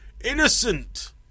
Innocent